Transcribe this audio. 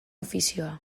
ofizioa